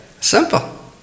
Simple